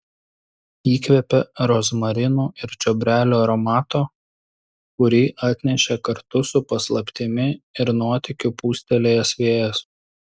įkvėpė rozmarinų ir čiobrelių aromato kurį atnešė kartu su paslaptimi ir nuotykiu pūstelėjęs vėjas